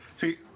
See